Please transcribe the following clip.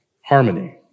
harmony